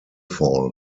fall